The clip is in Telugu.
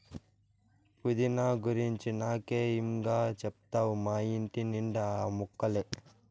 పుదీనా గురించి నాకే ఇం గా చెప్తావ్ మా ఇంటి నిండా ఆ మొక్కలే